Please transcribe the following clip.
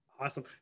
Awesome